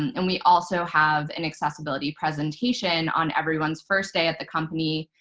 and we also have an accessibility presentation on everyone's first day at the company,